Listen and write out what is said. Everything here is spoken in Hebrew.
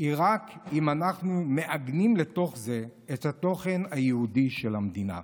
היא רק אם אנחנו מעגנים לתוך זה את התוכן היהודי של המדינה.